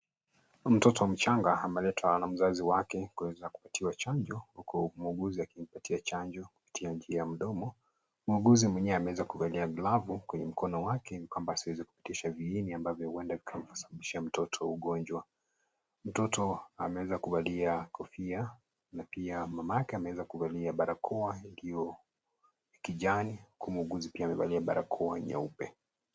Mtoto mchanga ameletwa na mzazi wake kuweza kupatiwa chanjo huku muuguzi akimpatia chanjo kupitia njia ya mdomo. Muuguzi mwenyewe ameweza kuvalia glavu kwenye mkono wake ili kwamba asiweze kupitisha viini ambavyo huenda vikamsababishia mtoto ugonjwa. Mtoto ameweza kuvalia kofia na pia mamake ameweza kuvalia barakoa ndio kijani huku muuguzi pia amevalia barakoa nyeupe.